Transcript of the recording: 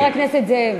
חבר הכנסת זאב.